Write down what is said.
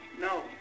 no